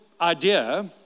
idea